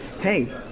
hey